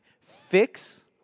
fix